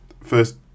first